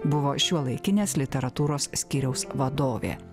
buvo šiuolaikinės literatūros skyriaus vadovė